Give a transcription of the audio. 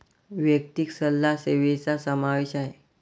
वैयक्तिक सल्ला सेवेचा समावेश आहे